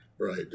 Right